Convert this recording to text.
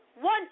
one